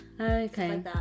Okay